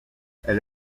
elle